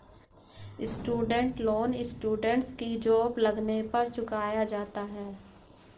student loan students की job लगने पर चुकाया जाता है